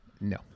No